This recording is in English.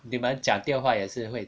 你们讲电话也是会